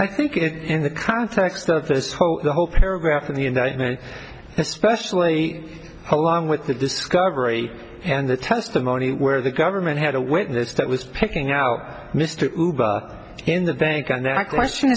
i think it in the context that this whole paragraph in the indictment especially along with the discovery and the testimony where the government had a witness that was picking out mr in the bank and then i question